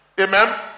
Amen